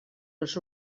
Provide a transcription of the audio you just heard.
els